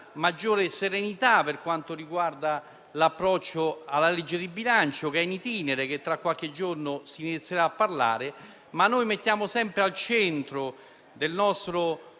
maggiore serenità per quanto riguarda l'approccio alla legge di bilancio, che è *in itinere* e di cui, tra qualche giorno, si inizierà a parlare, ma noi mettiamo sempre al centro del nostro